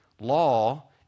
law